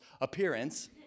appearance